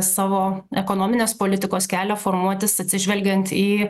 savo ekonominės politikos kelio formuotis atsižvelgiant į